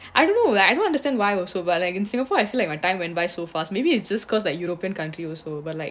I don't know like I don't understand why also but like in singapore I feel like my time went by so fast maybe it's just cause like european country also but like